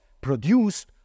produced